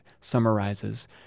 summarizes